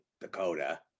Dakota